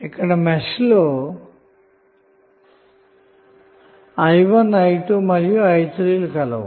ఇక్కడ మూడు మెష్లు i1 i2 మరియు i3 లు కలవు